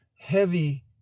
heavy